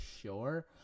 sure